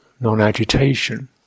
non-agitation